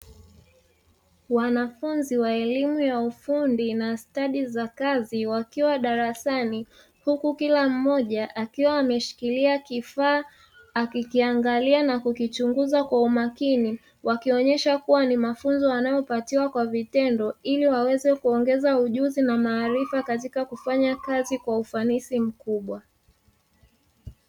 Wanafunzi wa elimu ya ufundi na stadi za kazi wakiwa darasani huku kila mmoja akiwa ameshikilia kifaa akikiangalia na kukichunguza kwa umakini, wakionyesha kuwa ni mafunzo wanayopatiwa kwa vitendo ili waweze kuongeza ujuzi na maarifa katika kufanya kazi kwa ufanisi mkubwa.